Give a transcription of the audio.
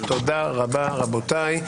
תודה רבה, רבותיי.